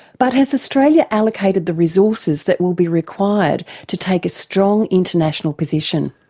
but has australia allocated the resources that will be required to take a strong international position?